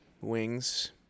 wings